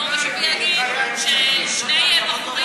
אבל יבוא מישהו ויגיד ששני בחורים